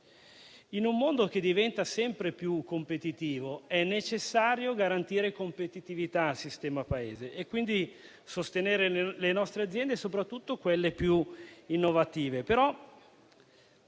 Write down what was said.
In un mondo che diventa sempre più competitivo è necessario garantire competitività al sistema Paese e quindi sostenere le nostre aziende, soprattutto quelle più innovative.